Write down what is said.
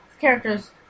Characters